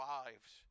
lives